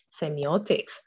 semiotics